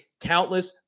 countless